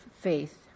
faith